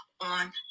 on